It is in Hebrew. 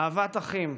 אהבת אחים,